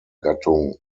gattung